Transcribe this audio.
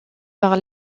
par